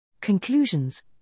Conclusions